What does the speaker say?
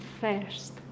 first